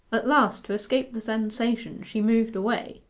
at last to escape the sensation she moved away,